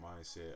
mindset